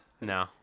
No